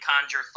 conjure